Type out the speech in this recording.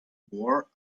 war